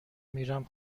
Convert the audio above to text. میرم